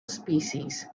species